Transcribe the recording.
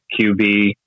QB